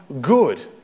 good